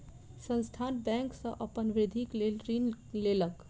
संस्थान बैंक सॅ अपन वृद्धिक लेल ऋण लेलक